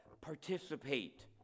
Participate